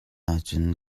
ahcun